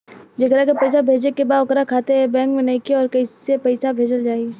जेकरा के पैसा भेजे के बा ओकर खाता ए बैंक मे नईखे और कैसे पैसा भेजल जायी?